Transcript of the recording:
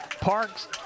Parks